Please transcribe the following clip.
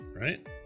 right